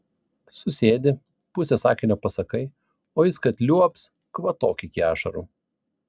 susėdi pusę sakinio pasakai o jis kad liuobs kvatok iki ašarų